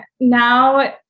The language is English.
now